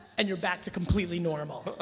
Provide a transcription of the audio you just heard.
and you're back to completely normal